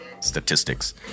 statistics